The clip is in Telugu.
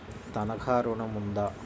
తనఖా ఋణం ఉందా?